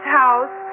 house